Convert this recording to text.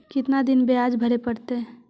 कितना दिन बियाज भरे परतैय?